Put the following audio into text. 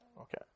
okay